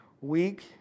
week